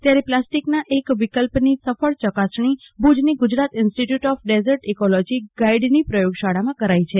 ત્યારે પ્લાસ્ટિકના એક વિકલ્પની સફળ યકાસણી ભુજની Gujarat institute of desert ecology ગાઈડની પ્રયોગશાળામાં કરાઈ છે